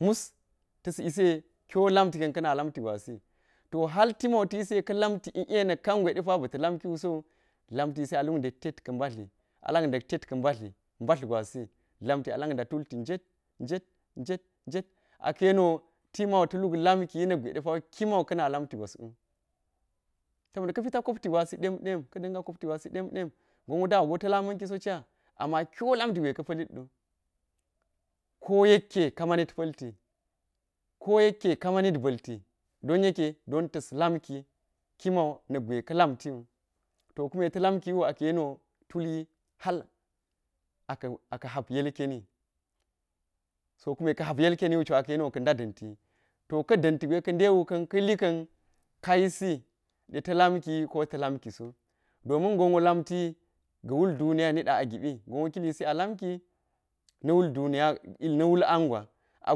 Mus tas yise kiyo kamti ka̱n kana lamti gwasi, to har ti mau ta̱yise ka̱ lamti i a ɗak kangwai ɗepa̱ bita lamkiuso lamtisi aluk ka mbatili, ala̱k ɗetka mba̱tli, mba̱rtli gwasi la̱mti ala̱k da̱ tutti jet jet jet aka̱ yeniwo tima̱u ta̱luk la̱mkiyi na̱k gwa̱dɗepa̱ kima̱u ka̱na̱ laa̱ti gwaswu sabona ka̱ pita̱ kopti gwa̱s dem dem ka̱ da̱nga̱ kopti gwa̱s ɗemɗem. Gonwo ɗon yekke don ta̱s la̱mki, kima̱u na̱k gwa̱i ka̱ la̱mtiwu, to kume ta̱ la̱mkiwu aka̱ yeniwo tulwi ha̱r aka̱ ha̱r ilkeni, so kune ka̱ ha̱p ilkeniwug aka̱ yeniwo ka̱da̱ da̱nti i to ka̱ da̱nti gwai ka̱dewu ka̱n ka̱li ka̱n kayisi ɗe ta̱ lamki ko ta̱ lamkiso, domin gonwo lamti ga̱ wul duniya̱ niɗa̱ a gipi, gonw kilisi a lamki na̱wul duniya na wul an gwa, a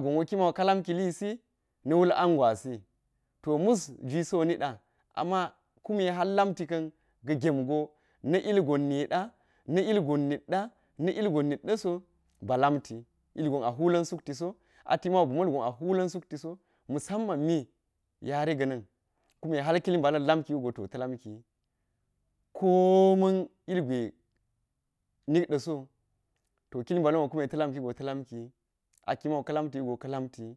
gn ka̱ lam kilisi na wul an gwa̱si, mus jwisi wo niɗa, kuma ha̱r la̱mti ka̱n ga̱ gem go na ilgon nikɗa na ilgon nikɗaso ba̱ lamti, ilgon a hula̱n sulati a tima̱u bi ma̱lgun a hula̱n suati so, mus a̱mma̱n mi yare ga̱na̱n kume ha̱r kili ba̱la̱n lamki wugo to ta lamkiyi, ko ma̱n ilgwai nikdasow to liki balanwo kune ta̱ lamigo ta̱ lamki a kimau ka̱ lamti wugo ka lamtiyi.